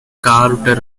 carved